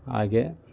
ಹಾಗೇ